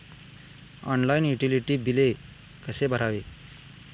Online utility बिले कसे भरायचे?